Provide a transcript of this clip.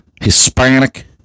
Hispanic